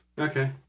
Okay